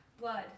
Blood